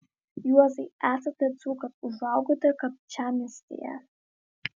juozai esate dzūkas užaugote kapčiamiestyje